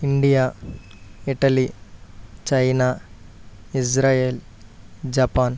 India Italy China Israel Japan